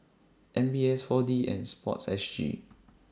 M B S four D and Sports S G